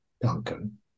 Duncan